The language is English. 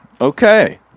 Okay